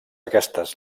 aquestes